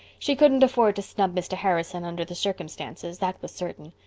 she couldn't afford to snub mr. harrison under the circumstances, that was certain.